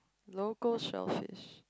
local shell fish